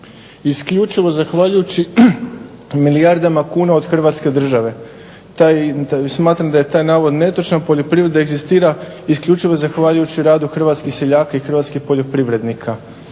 isključivo zahvaljujući milijardama kuna od Hrvatske države. Smatram da je taj navod netočan. Poljoprivreda egzistira isključivo zahvaljujući radu hrvatskih seljaka i hrvatskih poljoprivrednika.